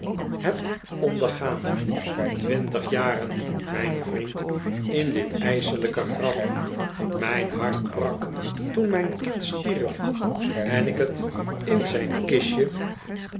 heb ondergaan twintig jaren mijn vriend in dit ijselijke graf mijn hart brak toen mijn kind stierf en ik het in zijn kistje